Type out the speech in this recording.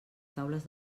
taules